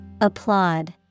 Applaud